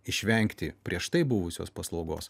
išvengti prieš tai buvusios paslaugos